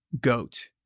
goat